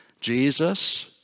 Jesus